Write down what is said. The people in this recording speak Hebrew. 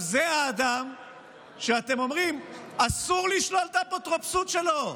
זה האדם שאתם אומרים שאסור לשלול את האפוטרופסות שלו,